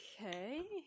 Okay